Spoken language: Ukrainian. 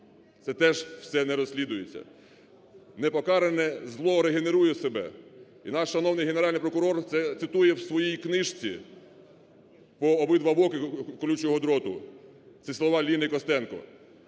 Це теж все не розслідується. Непокаране зло регенерує себе. І наш шановний Генеральний прокурор це цитує у своїй книжці "По обидва боки колючого дроту", це слова Ліни Костенко.